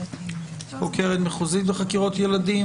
חוקת מחוזית בחקירות ילדים.